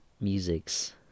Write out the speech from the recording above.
musics